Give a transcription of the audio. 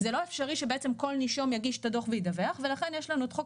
זה לא אפשרי שכל נישום יגיש את הדוח וידווח ולכן יש לנו את חוק